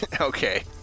Okay